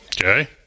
Okay